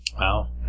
Wow